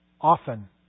often